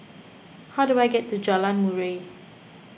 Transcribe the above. how do I get to Jalan Murai